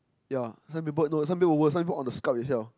ya some people no some people even worst some even on the scalp itself